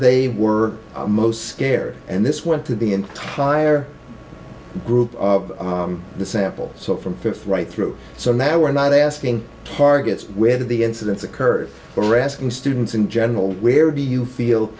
they were most scared and this went to the entire group of the sample so from fifth right through so now we're not asking targets where the incidents occurred we're asking students in general where do you feel